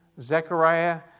Zechariah